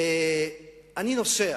אני נוסע